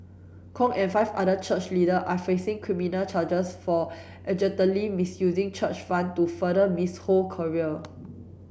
Kong and five other church leader are facing criminal charges for misusing church funds to further Miss Ho career